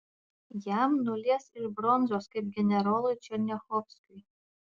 jam nulies iš bronzos kaip generolui černiachovskiui